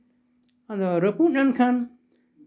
ᱟᱫᱚ ᱨᱟᱹᱯᱩᱫ ᱮᱱᱠᱷᱟᱱ